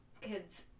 kids